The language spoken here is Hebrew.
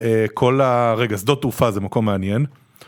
כל הרגע, שדות תעופה זה מקום מעניין.